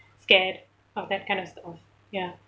scared of that kind of stuff ya